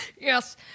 Yes